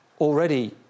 already